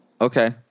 Okay